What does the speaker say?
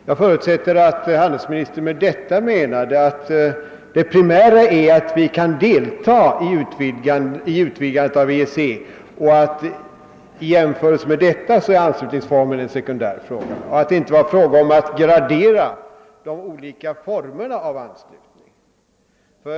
Jag förutsätter att handelsministern med detta menade att det primära är att vi kan deltaga i utvidgandet av EEC och att anslutningsformen i jämförelse därmed är en sekundär fråga, så att det inte var fråga om att gradera de olika formerna av anslutning.